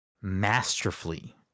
masterfully